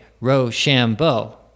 Rochambeau